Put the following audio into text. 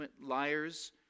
liars